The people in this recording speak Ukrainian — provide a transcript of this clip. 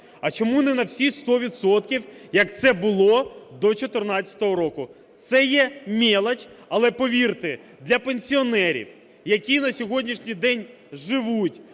А чому не на всі 100 відсотків, як це було до 14-го року? Це є "мелочь", але повірте – для пенсіонерів, які на сьогоднішній день живуть